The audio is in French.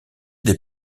des